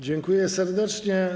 Dziękuję serdecznie.